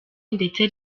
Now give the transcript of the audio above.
ndetse